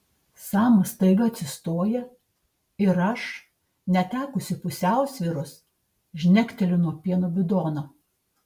samas staiga atsistoja ir aš netekusi pusiausvyros žnekteliu nuo pieno bidono